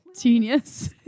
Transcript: Genius